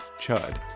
Chud